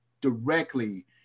Directly